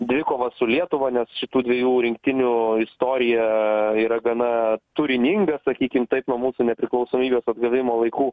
dvikovas su lietuva nes šitų dviejų rinktinių istorija yra gana turininga sakykim taip nuo mūsų nepriklausomybės atgavimo laikų